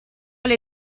alle